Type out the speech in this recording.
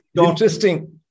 interesting